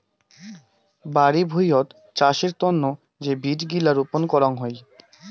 বাড়ি ভুঁইয়ত চাষের তন্ন যে বীজ গিলা রপন করাং হউ